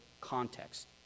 context